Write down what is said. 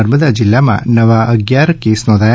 નર્મદા જીલ્લામાં નવા અગિયાર કેસ નોધાયા